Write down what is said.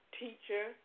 teacher